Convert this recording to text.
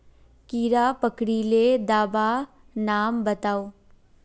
कीड़ा पकरिले दाबा नाम बाताउ?